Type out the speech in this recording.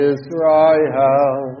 Israel